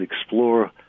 explore